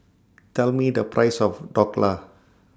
Tell Me The Price of Dhokla